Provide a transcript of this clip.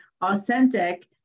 authentic